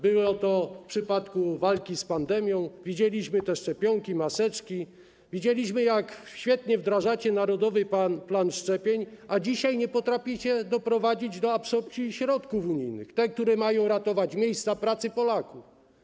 Było tak w przypadku walki z pandemią, widzieliśmy te szczepionki, maseczki, widzieliśmy, jak świetnie wdrażacie narodowy plan szczepień, a dzisiaj nie potraficie doprowadzić do absorpcji środków unijnych, tych, które mają ratować miejsca pracy Polaków.